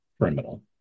criminal